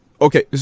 Okay